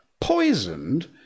Poisoned